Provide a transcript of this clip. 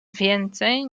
więcej